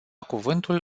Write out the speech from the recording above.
cuvântul